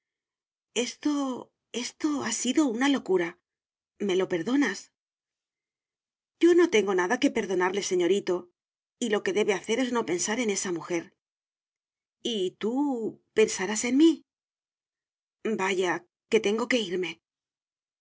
esto esto ha sido una locura me lo perdonas yo no tengo nada que perdonarle señorito y lo que debe hacer es no pensar en esa mujer y tú pensarás en mí vaya que tengo que irme